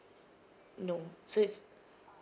no so it's